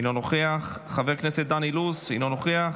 אינו נוכח, חבר הכנסת דן אילוז, אינו נוכח,